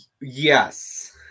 Yes